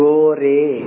Gore